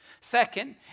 Second